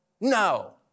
No